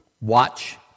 Watch